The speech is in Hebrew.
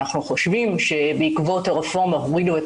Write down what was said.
אנחנו חושבים שבעקבות הרפורמה הורידו את